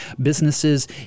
businesses